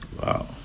Wow